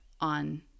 on